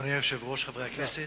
אדוני היושב-ראש, חברי הכנסת,